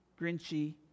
grinchy